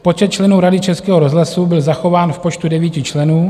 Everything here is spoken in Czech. Počet členů Rady Českého rozhlasu byl zachován v počtu 9 členů.